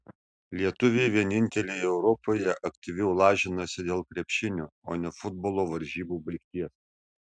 lietuviai vieninteliai europoje aktyviau lažinasi dėl krepšinio o ne futbolo varžybų baigties